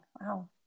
wow